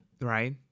right